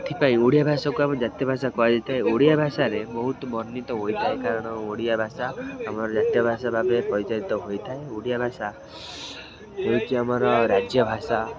ସେଥିପାଇଁ ଓଡ଼ିଆ ଭାଷାକୁ ଆମ ଜାତୀୟ ଭାଷା କୁହାଯାଇଥାଏ ଓଡ଼ିଆ ଭାଷାରେ ବହୁତ ବର୍ଣ୍ଣିତ ହୋଇଥାଏ କାରଣ ଓଡ଼ିଆ ଭାଷା ଆମର ଜାତୀୟ ଭାଷା ଭାବେ ପରିଚାଳିତ ହୋଇଥାଏ ଓଡ଼ିଆ ଭାଷା ହେଉଛି ଆମର ରାଜ୍ୟ ଭାଷା